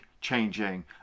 changing